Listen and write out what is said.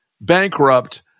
bankrupt